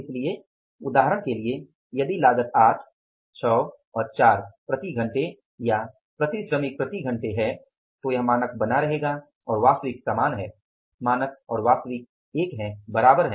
इसलिए उदाहरण के लिए यदि लागत 8 6 और 4 प्रति घंटे या प्रति श्रमिक प्रति घंटे है तो वह मानक बना रहेगा और वास्तविक समान है मानक और वास्तविक समान है